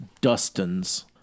Dustin's